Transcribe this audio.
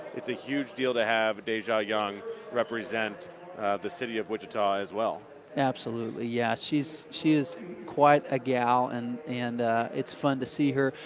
it's a huge deal to have deja young represent the city of wichita as well. cooper absolutely. yeah. she's she's quite a gal and and it's fun to see her,